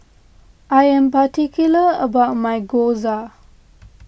I am particular about my Gyoza